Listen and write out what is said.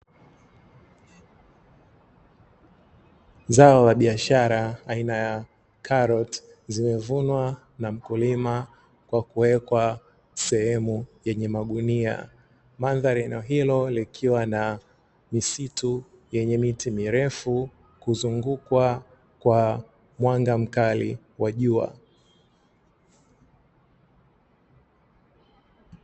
Zao la biashara aina ya karoti zimevunwa na mkulima kwa kuwekwa sehemu yenye magunia. Mandhari ya eneo hilo likiwa na misitu yenye miti mirefu, kuzungukwa kwa mwanga mkali wa jua.